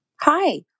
Hi